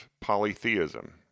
polytheism